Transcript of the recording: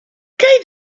gave